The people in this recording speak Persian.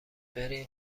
برین